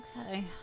Okay